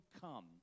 Come